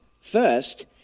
first